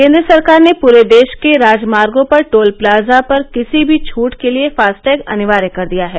केन्द्र सरकार ने पूरे देश के राजमार्गों पर टोल प्लाजा पर किसी भी छूट के लिए फास्टैग अनिवार्य कर दिया है